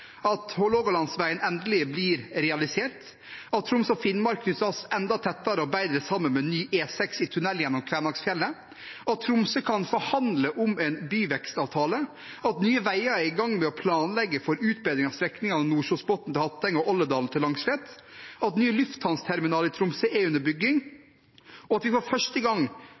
at Hålogalandsveien endelig blir realisert, at Troms og Finnmark knyttes enda tettere og bedre sammen med ny E6 i tunell gjennom Kvænangsfjellet, at Tromsø kan forhandle om en byvekstavtale, at Nye Veier er i gang med å planlegge for utbedring av strekningene Nordkjosbotn–Hatteng og Olderdalen–Langslett, at ny lufthavnterminal i Tromsø er under bygging, og at vi for første gang